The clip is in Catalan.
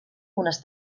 unes